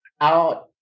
out